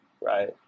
right